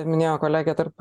minėjo kolegė tarp